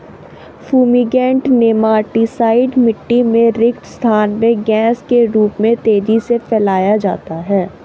fumigant nematicide मिटटी में रिक्त स्थान में गैस के रूप में तेजी से फैलाया जाता है